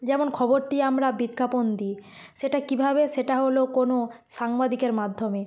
যেমন খবরটি আমরা বিজ্ঞাপন দিই সেটা কীভাবে সেটা হলো কোনো সাংবাদিকের মাধ্যমে